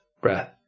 breath